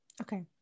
okay